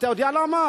אתה יודע למה?